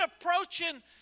approaching